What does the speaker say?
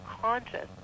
conscious